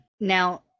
Now